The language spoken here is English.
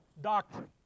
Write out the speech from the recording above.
Doctrine